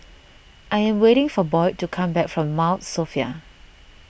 I am waiting for Boyd to come back from Mount Sophia